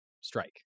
strike